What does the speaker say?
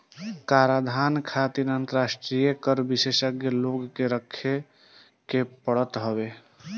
कराधान खातिर अंतरराष्ट्रीय कर विशेषज्ञ लोग के रखे के पड़त हवे